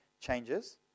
changes